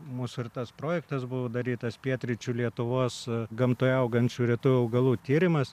mūsų ir tas projektas buvo darytas pietryčių lietuvos gamtoje augančių retųjų augalų tyrimas